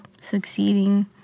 succeeding